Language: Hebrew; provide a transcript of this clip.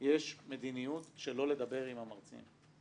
יש מדיניות שלא לדבר עם המרצים,